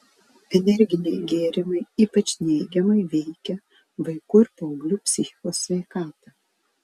energiniai gėrimai ypač neigiamai veikia vaikų ir paauglių psichikos sveikatą